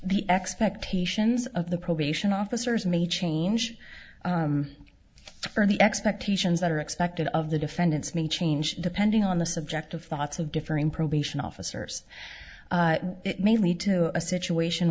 the expectations of the probation officers may change or the expectations that are expected of the defendants may change depending on the subject of thoughts of differing probation officers it may lead to a situation